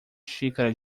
xícara